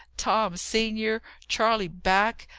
tom senior, charley back,